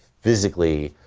physically,